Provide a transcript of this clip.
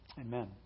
Amen